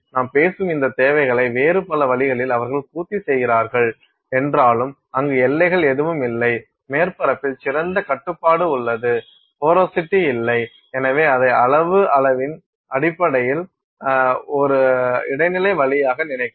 நாம் பேசும் இந்த தேவைகளை வேறு பல வழிகளில் அவர்கள் பூர்த்தி செய்வார்கள் என்றாலும் அங்கு எல்லைகள் எதுவும் இல்லை மேற்பரப்பில் சிறந்த கட்டுப்பாடு உள்ளது போரோசிட்டி இல்லை எனவே அதை அளவு அளவின் அடிப்படையில் ஒரு இடைநிலை வழியாக நினைக்கலாம்